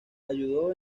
ayudó